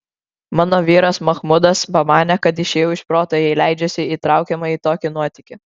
mano vyras machmudas pamanė kad išėjau iš proto jei leidžiuosi įtraukiama į tokį nuotykį